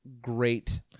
great